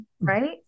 Right